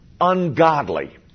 ungodly